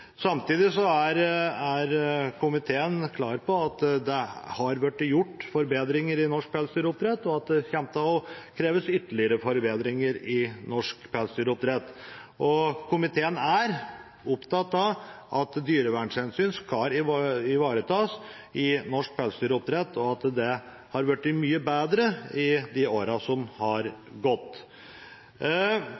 Samtidig er komiteen klar på at det har blitt gjort forbedringer i norsk pelsdyroppdrett, og at det kommer til å kreves ytterligere forbedringer i norsk pelsdyroppdrett. Komiteen er opptatt av at dyrevernhensyn skal ivaretas i norsk pelsdyroppdrett og at det har blitt mye bedre i årene som har gått.